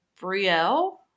Brielle